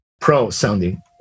pro-sounding